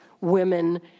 women